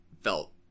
felt